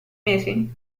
mesi